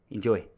Enjoy